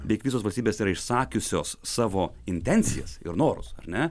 beveik visos valstybės yra išsakiusios savo intencijas ir norus ar ne